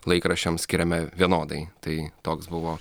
laikraščiams skiriame vienodai tai toks buvo